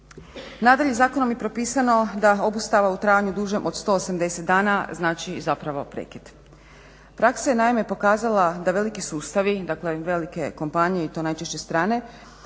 Nadalje, zakonom je propisano da obustava u trajanju dužem od 180 dana znači zapravo prekid. Praksa je naime pokazala da veliki sustavi, dakle velike kompanije i to najčešće strane